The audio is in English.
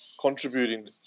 contributing